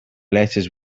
letters